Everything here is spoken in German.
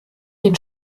den